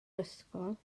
ysgol